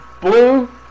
Blue